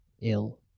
ill